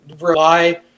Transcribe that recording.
rely